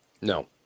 No